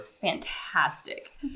Fantastic